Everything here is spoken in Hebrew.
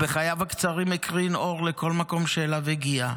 בחייו הקצרים הוא הקרין אור לכל מקום שאליו הגיע.